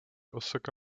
osaka